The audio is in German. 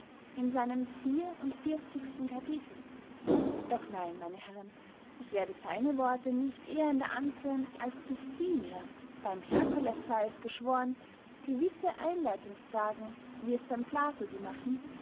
in seinem vier und vierzigsten capitel doch nein meine herren ich werde seine worte nicht ehender anführen als bis sie mir beym herkules sey es geschworen gewisse einleitungsfragen wie es beym plato die machen